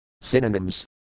Synonyms